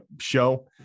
show